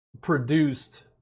produced